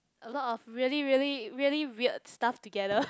a lot of really really really weird stuff together